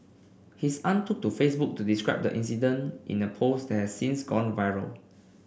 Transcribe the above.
his aunt took to Facebook to describe the incident in a post has since gone viral